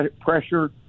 pressure